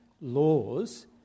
laws